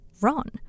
Ron